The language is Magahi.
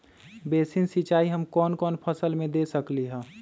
बेसिन सिंचाई हम कौन कौन फसल में दे सकली हां?